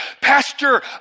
Pastor